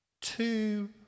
two